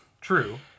True